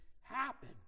happen